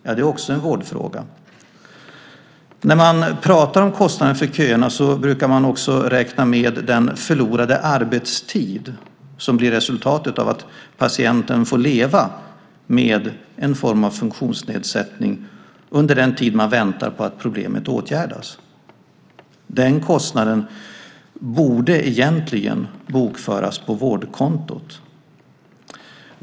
Ja, det är också en vårdfråga. När man pratar om kostnaden för köerna brukar man också räkna med den förlorade arbetstid som blir resultatet av att patienten får leva med en form av funktionsnedsättning under den tid patienten väntar på att problemet åtgärdas. Den kostnaden borde egentligen bokföras på vårdkontot.